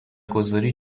گذاری